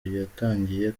yatangiye